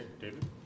David